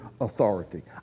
authority